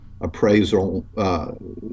appraisal